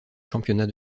championnat